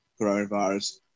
coronavirus